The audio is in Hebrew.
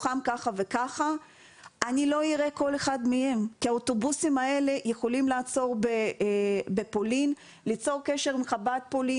בכלל השיח בתקשורת בסוף השבוע